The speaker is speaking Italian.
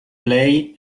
play